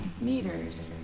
meters